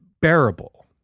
bearable